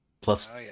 Plus